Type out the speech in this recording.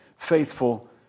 Faithful